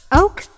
oak